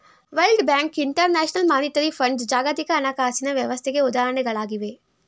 world bank, international monetary fund ಜಾಗತಿಕ ಹಣಕಾಸಿನ ವ್ಯವಸ್ಥೆಗೆ ಉದಾಹರಣೆಗಳಾಗಿವೆ